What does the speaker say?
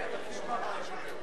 התשע"א 2011,